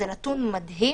זה נתון מדהים.